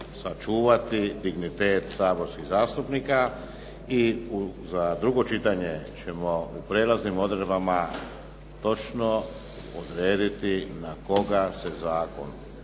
sačuvati dignitet saborskih zastupnika i za drugo čitanje ćemo u prelaznim odredbama točno odrediti na koga se zakon